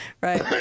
Right